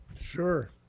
Sure